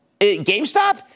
GameStop